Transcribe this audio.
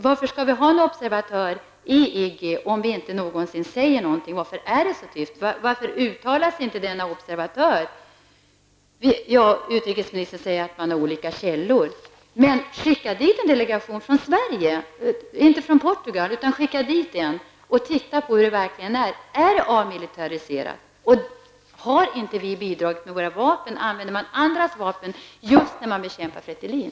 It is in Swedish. Varför skall vi ha en observatör i IGGI om vi inte någonsin säger något? Varför är det så tyst? Varför uttalar sig inte observatören? Utrikesministern säger att man kan ha olika källor. Men skicka dit en delegation från Sverige, inte från Portugal, och titta hur det verkligen är. Är det avmilitarisering? Har inte vi bidragit med våra vapen, eller använder man andra vapen just för att bekämpa Fretilin?